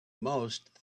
most